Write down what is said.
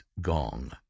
Gong